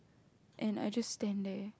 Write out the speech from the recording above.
and I just stand there